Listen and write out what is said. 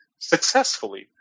successfully